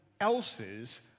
else's